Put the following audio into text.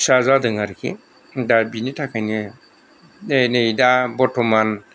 फिसा जादों आरोखि दा बिनि थाखायनो बे नै दा बरतमान